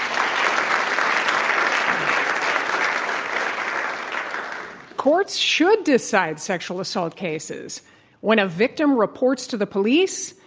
um courts should decide sexual assault cases when a victim reports to the police,